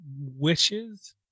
wishes